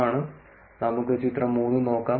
ആണ് നമുക്ക് ചിത്രം 3 നോക്കാം